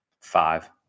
Five